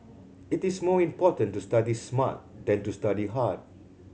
it is more important to study smart than to study hard